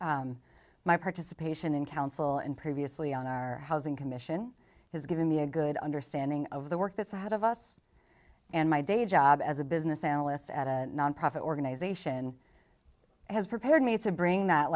my participation in council and previously on our housing commission has given me a good understanding of the work that's ahead of us and my day job as a business analyst at a nonprofit organization has prepared me to bring that